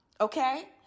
Okay